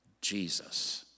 Jesus